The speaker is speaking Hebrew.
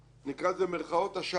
נקרא לזה במירכאות השלל,